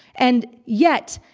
and yet,